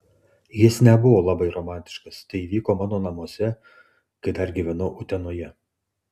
jis nebuvo labai romantiškas tai įvyko mano namuose kai dar gyvenau utenoje